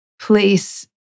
place